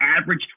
average